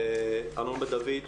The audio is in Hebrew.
ארנון בר דוד,